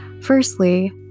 Firstly